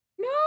No